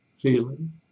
feeling